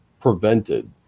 prevented